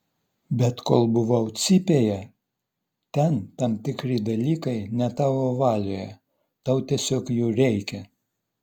bet kol buvau cypėje ten tam tikri dalykai ne tavo valioje tau tiesiog jų reikia